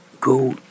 go